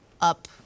up